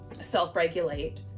self-regulate